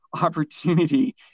opportunity